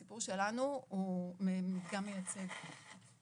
הסיפור שלנו הוא מדגם מייצג.